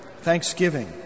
thanksgiving